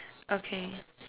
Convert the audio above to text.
okay